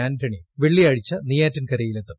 ആന്റണി വെള്ളിയാഴ്ച നെയ്യാറ്റിൻക്ക്രയിലെത്തും